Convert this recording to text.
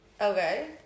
okay